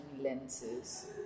lenses